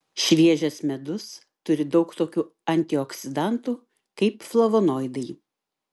šviežias medus turi daug tokių antioksidantų kaip flavonoidai